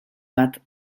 bat